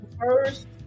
first